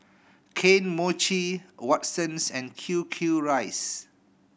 Kane Mochi Watsons and Q Q Rice